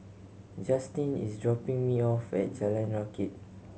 Justine is dropping me off at Jalan Rakit